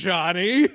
Johnny